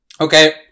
Okay